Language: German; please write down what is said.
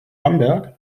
bamberg